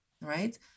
right